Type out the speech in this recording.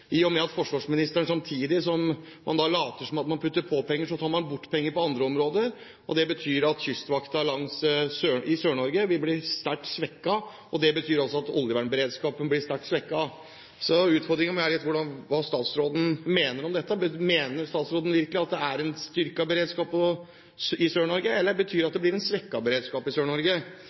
i og med at forsvarsministeren samtidig som man later som om man putter på penger, tar bort penger på andre områder. Det betyr at Kystvakten i Sør-Norge vil bli sterkt svekket, og det betyr at oljevernberedskapen blir sterkt svekket. Så utfordringen min til statsråden er hva statsråden mener om dette. Mener statsråden virkelig at det er en styrket beredskap i Sør-Norge, eller blir det en svekket beredskap i Sør-Norge? Det andre er at Redningsselskapet er en viktig del av bærebjelken i